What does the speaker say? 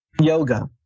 yoga